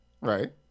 Right